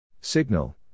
Signal